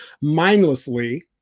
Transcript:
mindlessly